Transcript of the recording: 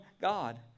God